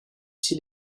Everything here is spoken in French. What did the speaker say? aussi